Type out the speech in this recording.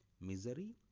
misery